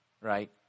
right